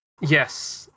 yes